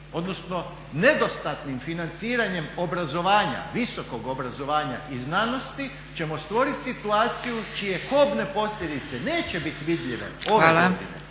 odnosno nedostatnim financiranjem obrazovanja, visokog obrazovanja i znanosti ćemo stvoriti situaciju čije kobne posljedice neće biti vidljive ove godine,